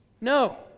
No